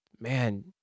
man